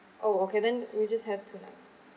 oh okay then we just have two nights